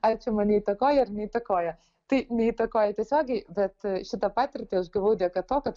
ar čia mane įtakoja ar neįtakoja tai neįtakoja tiesiogiai bet šitą patirtį gavau dėka to kad